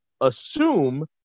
assume